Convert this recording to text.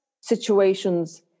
situations